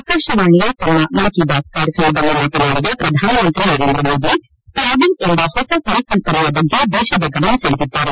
ಆಕಾಶವಾಣಿಯ ತಮ್ಮ ಮನ್ ಕಿ ಬಾತ್ ಕಾರ್ಯಕ್ರಮದಲ್ಲಿ ಮಾತನಾದಿದ ಪ್ರಧಾನಮಂತ್ರಿ ನರೇಂದ ಮೋದಿ ಪ್ಲಾಗಿಂಗ್ ಎಂಬ ಹೊಸ ಪರಿಕಲ್ಪನೆಯ ಬಗ್ಗೆ ದೇಶದ ಗಮನ ಸೆಳೆದಿದ್ದಾರೆ